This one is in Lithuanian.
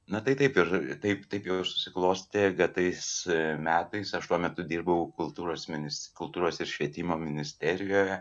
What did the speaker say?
na tai taip ir taip taip jau ir susiklostė kad tais metais aš tuo metu dirbau kultūros minis kultūros ir švietimo ministerijoje